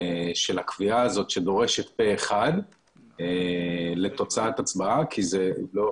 של הקביעה הזאת שדורשת פה אחד לתוצאת הצבעה כי זה לא